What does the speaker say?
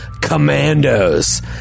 commandos